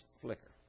flicker